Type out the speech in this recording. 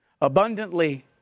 abundantly